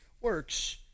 works